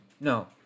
No